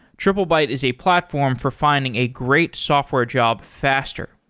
triplebyte is a platform for finding a great software job faster.